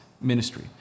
ministry